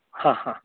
हा हा